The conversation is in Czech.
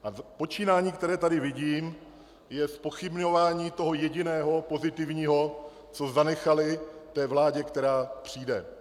A počínání, které tady vidím, je zpochybňování toho jediného pozitivního, co zanechali vládě, která přijde.